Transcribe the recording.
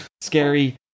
scary